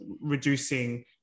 reducing